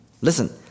Listen